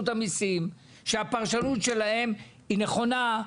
המסים על כך שהפרשנות שלהם היא נכונה?